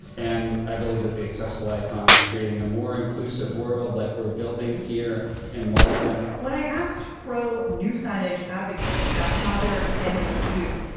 and i believe that the accessible icon is creating a more inclusive world, like we're building here in malden when i asked pro new signage advocates about how they're expanding its use,